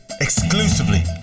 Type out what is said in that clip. Exclusively